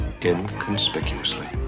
inconspicuously